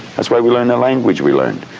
that's why we learned the language we learned.